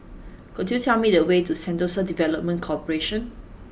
could you tell me the way to Sentosa Development Corporation